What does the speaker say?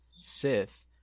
Sith